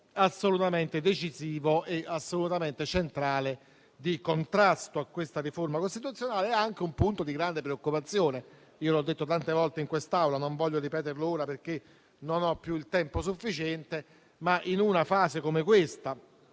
assolutamente decisivo e centrale di contrasto a questa riforma costituzionale e anche un punto di grande preoccupazione. L'ho detto tante volte in quest'Aula e non voglio ripeterlo ora, perché non ho più il tempo sufficiente. In una fase come questa,